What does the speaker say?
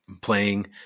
playing